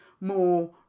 more